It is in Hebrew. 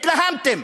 התלהמתם,